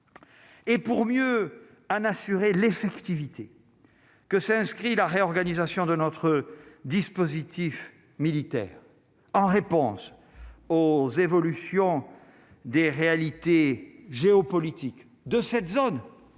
et pour mieux un assurer l'effectivité que s'inscrit la réorganisation de notre dispositif militaire en réponse aux évolutions des réalités géopolitiques de cette zone